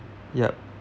yup